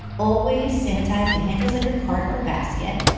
always sanitize the handles of your cart or basket.